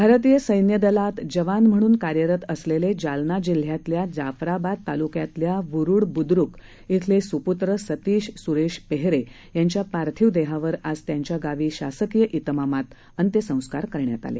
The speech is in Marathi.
भारतीय सैन्यदलात जवान म्हणून कार्यरत असलेले जालना जिल्ह्यातल्या जाफराबाद तालुक्यातल्या वुरुड बुद्रुक शिले सुपुत्र सतीश सुरेश पेहरे यांच्या पार्थिव देहावर आज त्यांच्या गावी शासकीय त्रमामात अत्यंसस्कार करण्यात आले